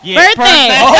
birthday